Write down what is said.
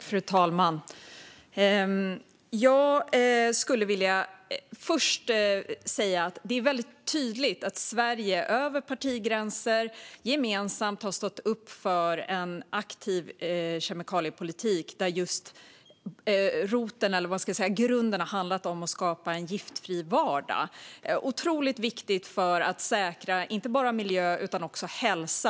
Fru talman! Det är väldigt tydligt att vi i Sverige, över partigränser, gemensamt har stått upp för en aktiv kemikaliepolitik där grunden har handlat om att skapa en giftfri vardag. Det är otroligt viktigt för att säkra inte bara miljö utan också hälsa.